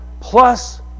plus